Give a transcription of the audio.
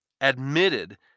admitted